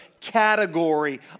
category